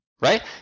Right